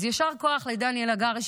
אז יישר כוח לדניאל הגרי,